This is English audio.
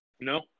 No